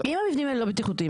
אם המבנים האלה לא בטיחותיים,